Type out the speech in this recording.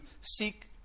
seek